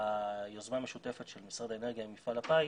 והיוזמה המשותפת של משרד האנרגיה עם מפעל הפיס